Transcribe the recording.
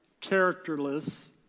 characterless